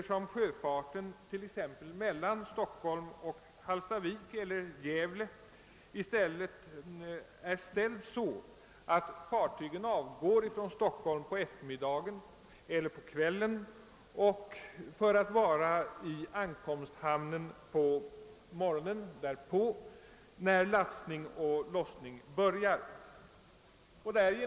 Sjöfarten mellan exempelvis Stockholm och Hallstavik eller Gävle är organiserad så att fartygen avgår från Stockholm på eftermiddagen eller kvällen för att vara i ankomsthamnen morgonen därpå, då lastning och lossning börjar.